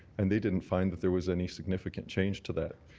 and they didn't find that there was any significant change to that.